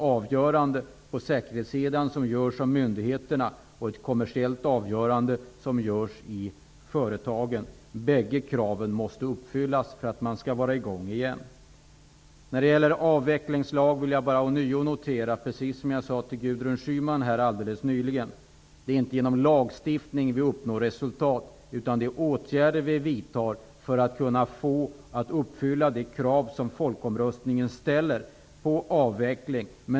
Avgörandet på säkerhetssidan tas av myndigheterna, och det kommersiella avgörandet tas i företagen. Bägge kraven måste uppfyllas för att verket skall sättas i gång igen. När det gäller en avvecklingslag vill jag bara ånyo notera att det -- som jag sade till Gudrun Schyman alldeles nyss -- inte är genom lagstiftning som vi uppnår resultat. Det gör vi genom de åtgärder vi vidtar för att kunna uppfylla de krav som folkomröstningen ställer på avveckling.